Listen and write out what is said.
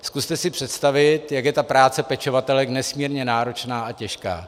Zkuste si představit, jak je práce pečovatelek nesmírně náročná a těžká.